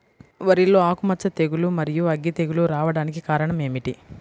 వరిలో ఆకుమచ్చ తెగులు, మరియు అగ్గి తెగులు రావడానికి కారణం ఏమిటి?